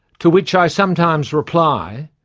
to which i sometimes reply,